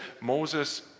Moses